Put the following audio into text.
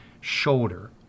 shoulder